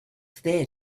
there